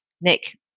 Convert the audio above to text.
Nick